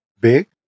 big